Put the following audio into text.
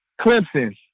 Clemson